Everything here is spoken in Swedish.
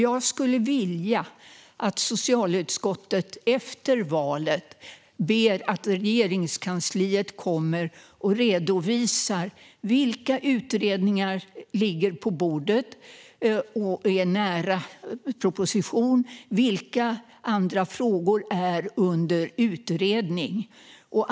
Jag skulle vilja att socialutskottet efter valet ber att Regeringskansliet kommer till riksdagen och redovisar vilka utredningar som ligger på bordet och är nära proposition och vilka andra frågor som är under utredning.